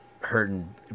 hurting